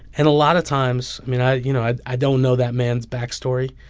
and a lot of times i mean, i, you know, i i don't know that man's backstory,